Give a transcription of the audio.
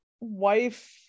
wife